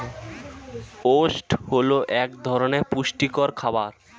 oats হল এক ধরনের পুষ্টিকর খাবার